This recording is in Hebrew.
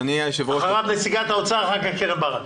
אחריו נציגת האוצר, אחר כך קרן ברק.